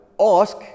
ask